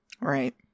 right